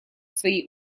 свои